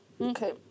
okay